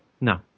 no